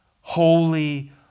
holy